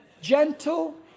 gentle